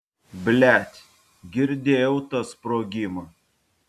blet girdėjau tą sprogimą